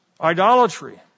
idolatry